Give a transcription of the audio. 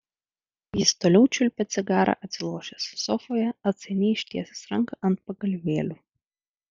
jis toliau čiulpė cigarą atsilošęs sofoje atsainiai ištiesęs ranką ant pagalvėlių